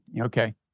Okay